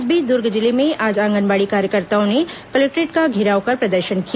इस बीच दुर्ग जिले में आज आंगनबाड़ी कार्यकर्ताओं ने कलेक्टोरेट का घेराव कर प्रदर्शन किया